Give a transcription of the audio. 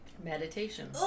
Meditation